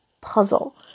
puzzle